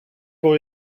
pour